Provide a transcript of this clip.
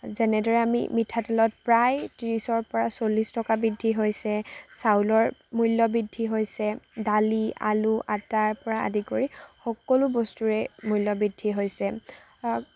যেনেদৰে আমি মিঠাতেলত প্ৰায় ত্ৰিছৰ পৰা চল্লিছ টকা বৃদ্ধি হৈছে চাউলৰ মূল্য বৃদ্ধি হৈছে দালি আলু আটাৰ পৰা আদি কৰি সকলো বস্তুৰে মূল্য বৃদ্ধি হৈছে